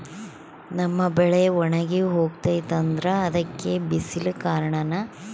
ನಮ್ಮ ಬೆಳೆ ಒಣಗಿ ಹೋಗ್ತಿದ್ರ ಅದ್ಕೆ ಬಿಸಿಲೆ ಕಾರಣನ?